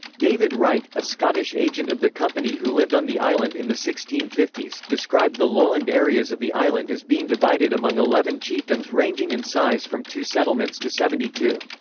david wright, a scottish agent of the company who lived on the island in the sixteen fifty s, described the lowland areas of the island as being divided among eleven chiefdoms ranging in size from two settlements to seventy two.